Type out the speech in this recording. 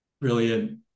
Brilliant